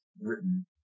written